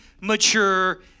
mature